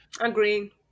Agree